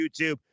YouTube